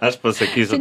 aš pasakysiu